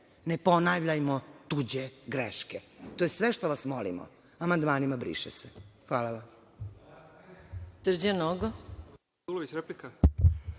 ne ponavljajmo tuđe greške. To je sve što vas molimo, amandmanima briše se. Hvala.